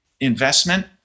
investment